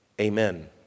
Amen